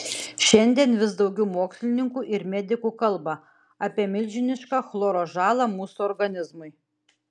šiandien vis daugiau mokslininkų ir medikų kalba apie milžinišką chloro žalą mūsų organizmui